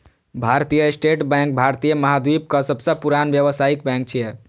भारतीय state bank भारतीय महाद्वीपक सबसं पुरान व्यावसायिक बैंक छियै